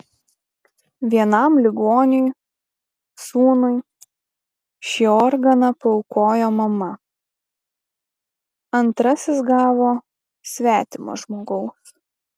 vienam ligoniui sūnui šį organą paaukojo mama antrasis gavo svetimo žmogaus